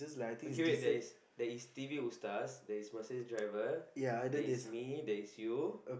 okay wait there is there is t_v who stars there is Mercedes driver there is me there is you